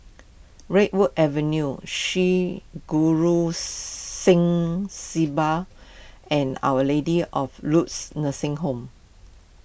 Redwood Avenue Sri Guru Singh Sabha and Our Lady of Lourdes Nursing Home